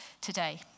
today